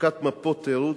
הפקת מפות תיירות,